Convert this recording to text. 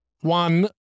one